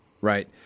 right